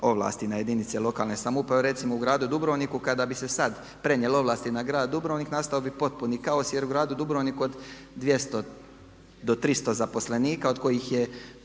ovlasti na jedinice lokalne samouprave. Recimo u gradu Dubrovniku kada bi se sad prenijele ovlasti na grad Dubrovnik nastao bi potpuni kaos jer u gradu Dubrovniku od 200 do 300 zaposlenika od kojih je